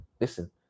listen